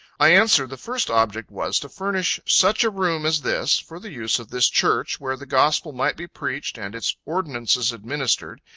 i answer, the first object was, to furnish such a room as this, for the use of this church, where the gospel might be preached and its ordinances administered,